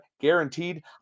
guaranteed